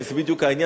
וזה בדיוק העניין,